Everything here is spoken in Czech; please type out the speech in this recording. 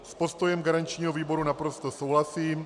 S postojem garančního výboru naprosto souhlasím.